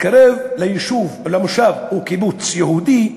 מתקרב למושב או קיבוץ יהודי,